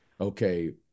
Okay